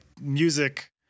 music